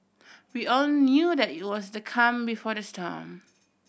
we all knew that it was the calm before the storm